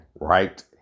right